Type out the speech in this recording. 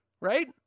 right